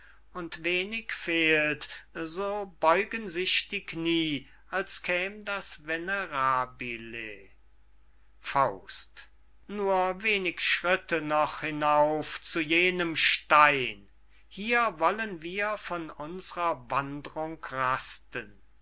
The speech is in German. und wenig fehlt so beugten sich die knie als käm das venerabile nur wenig schritte noch hinauf zu jenem stein hier wollen wir von unsrer wandrung rasten